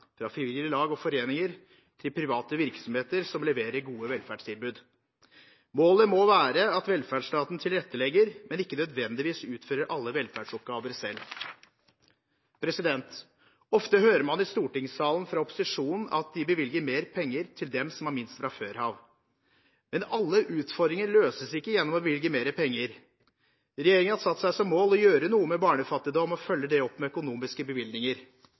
fra frivillige lag og foreninger til private virksomheter som leverer gode velferdstilbud. Målet må være at velferdsstaten tilrettelegger, men ikke nødvendigvis utfører alle velferdsoppgaver selv. Ofte hører man i stortingssalen fra opposisjonen at de bevilger mer penger til dem som har minst fra før. Men alle utfordringer løses ikke gjennom å bevilge mere penger. Regjeringen har satt seg som mål å gjøre noe med barnefattigdom og følge det opp med økonomiske bevilgninger.